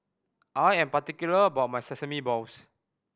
I am particular about my sesame balls